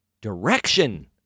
direction